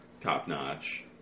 top-notch